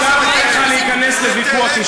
כלנתריזם שאין כדוגמתו.